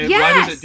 Yes